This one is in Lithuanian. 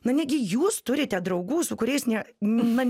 na negi jūs turite draugų su kuriais ne na